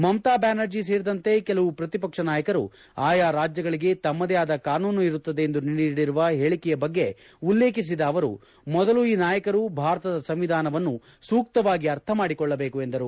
ಮಮತಾ ಬ್ಲಾನರ್ಜಿ ಸೇರಿದಂತೆ ಕೆಲವು ಪ್ರತಿಪಕ್ಷ ನಾಯಕರು ಆಯಾ ರಾಜ್ಲಗಳಿಗೆ ತಮ್ನದೇ ಆದ ಕಾನೂನು ಇರುತ್ತದೆ ಎಂದು ನೀಡಿರುವ ಹೇಳಿಕೆಯ ಬಗ್ಗೆ ಉಲ್ಲೇಖಿಸಿದ ಅವರು ಮೊದಲು ಈ ನಾಯಕರು ಭಾರತದ ಸಂವಿಧಾನವನ್ನು ಸೂಕ್ತವಾಗಿ ಅರ್ಥಮಾಡಿಕೊಳ್ಟಬೇಕು ಎಂದರು